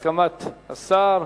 בהסכמת השר.